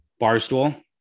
Barstool